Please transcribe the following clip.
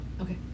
Okay